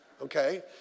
Okay